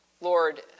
Lord